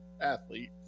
athlete